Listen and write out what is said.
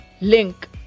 link